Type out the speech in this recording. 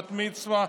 בת-מצווה,